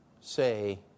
say